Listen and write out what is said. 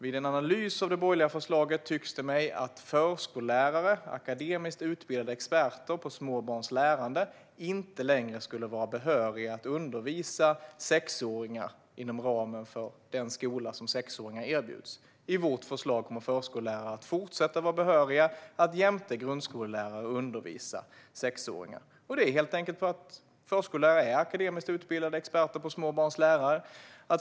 Vid en analys av det borgerliga förslaget tycks det mig att förskollärare, akademiskt utbildade experter på små barns lärande, inte längre skulle vara behöriga att undervisa sexåringar inom ramen för den skola som sexåringar erbjuds. Enligt vårt förslag kommer förskollärare att fortsätta att vara behöriga att jämte grundskollärare undervisa sexåringar. Förskollärare är helt enkelt akademiskt utbildade experter på små barns lärande.